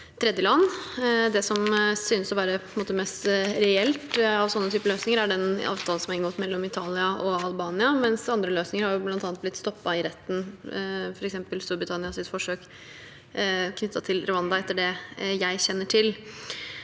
Det som synes å være mest reelt av den typen løsninger, er den avtalen som er inngått mellom Italia og Albania. Andre løsninger har bl.a. blitt stoppet i retten, f.eks. Storbri tannias forsøk knyttet til Rwanda, etter det jeg kjenner til.